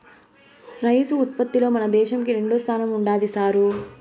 rice ఉత్పత్తిలో మన దేశంకి రెండోస్థానం ఉండాది సారూ